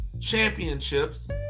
championships